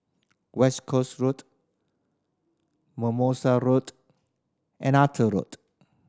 West Camp Road Mimosa Road and Arthur Road